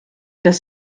dass